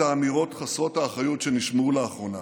האמירות חסרות האחריות שנשמעו לאחרונה,